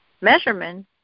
measurement